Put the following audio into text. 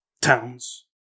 towns